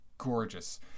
gorgeous